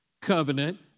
covenant